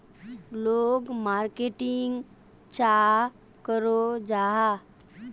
लोग मार्केटिंग चाँ करो जाहा?